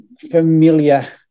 familiar